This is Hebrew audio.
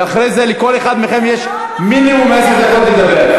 ואחרי זה לכל אחד מכם יש מינימום עשר דקות לדבר.